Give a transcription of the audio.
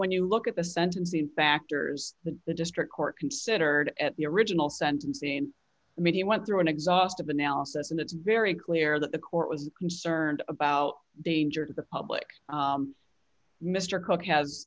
when you look at the sentencing factors that the district court considered at the original sentencing media went through an exhaustive analysis and it's very clear that the court was concerned about danger to the public mr cook has